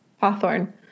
Hawthorn